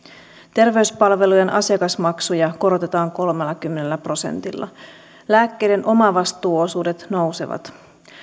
terveyspalvelujen asiakasmaksuja korotetaan kolmellakymmenellä prosentilla lääkkeiden omavastuuosuudet nousevat